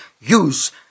use